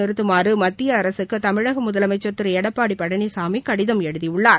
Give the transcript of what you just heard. நிறுத்துமாறு மத்திய அரசுக்கு தமிழக முதலமைச்சர் திரு எடப்பாடி பழனிசாமி கடிதம் எழுதியுள்ளார்